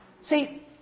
See